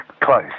close